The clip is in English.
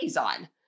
on